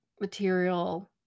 material